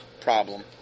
problem